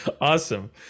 Awesome